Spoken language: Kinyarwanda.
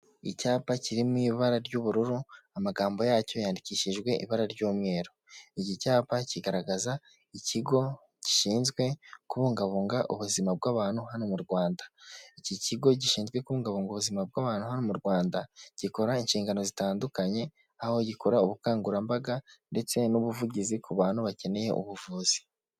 Icyapa kiri mu ibara ry'ubururu, amagambo yacyo yandikishijwe ibara ry'umweru, iki cyapa kigaragaza Ikigo gishinzwe kubungabunga ubuzima bw'abantu hano mu Rwanda, iki kigo gishinzwe kubungabunga ubuzima bw'abantu hano mu Rwanda, gikora inshingano zitandukanye, aho gikora ubukangurambaga ndetse n'ubuvugizi ku bantu bakeneye ubuvuzi.